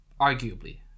arguably